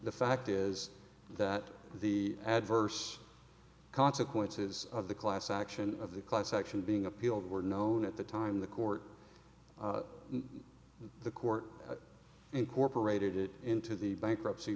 the fact is that the adverse consequences of the class action of the class action being appealed were known at the time the court the court incorporated it into the bankruptcy